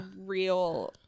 Real